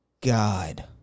god